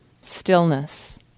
Stillness